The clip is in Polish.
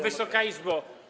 Wysoka Izbo!